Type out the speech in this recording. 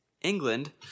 England